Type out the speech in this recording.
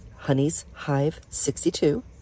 honeyshive62